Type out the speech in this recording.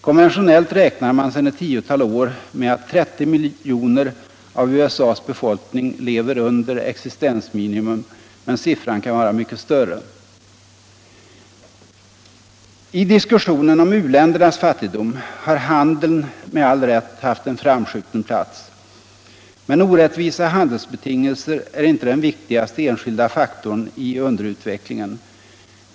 Konventionellt räknar man sedan ett tiotal år med att 30 miljoner av USA:s befolkning lever under existensminimum, men siffran kan vara mycket större. I diskussionen om u-ländernas fattigdom har utrikeshandeln med all rätt haft en framskjuten plats. Men orättvisa handelsbetingelser är inte den viktigaste enskilda faktorn i underutvecklingen.